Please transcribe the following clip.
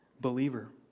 Believer